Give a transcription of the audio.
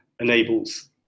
enables